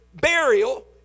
burial